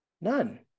None